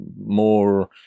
more